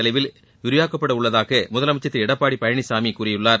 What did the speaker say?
செலவில் விரிவாக்கப்பட உள்ளளதாக முதலமைச்சர் திரு எடப்பாடி பழனிசாமி கூறியுள்ளார்